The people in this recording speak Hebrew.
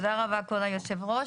תודה רבה, כבוד היושב-ראש.